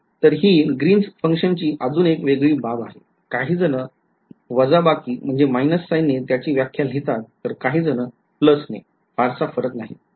तर हि ग्रीनस फंक्शनची अजून एक वेगळी बाब आहे काहीजण वजाबाकी ने त्याची व्याख्या लिहितात तर काहीजण प्लस ने फारसा फरक नाही